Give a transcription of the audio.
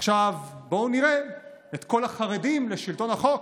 עכשיו, בואו נראה את כל החרדים לשלטון החוק.